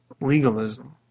legalism